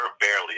barely